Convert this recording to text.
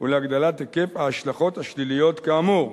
ולהגדלת היקף ההשלכות השליליות כאמור.